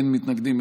אין מתנגדים,